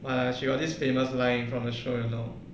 like she got this famous line from the show you know